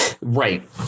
Right